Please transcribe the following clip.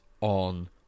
on